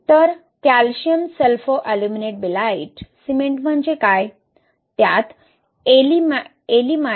तर calcium sulfoaluminate belite cement म्हणजे काय